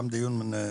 גם זה דיון מבורך